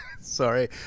sorry